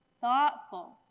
thoughtful